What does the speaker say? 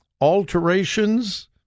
alterations